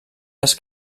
les